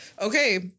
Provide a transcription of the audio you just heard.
Okay